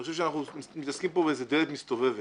אני חושב שאנחנו מתעסקים פה באיזה דלת מסתובבת.